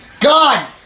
God